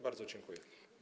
Bardzo dziękuję.